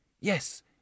Yes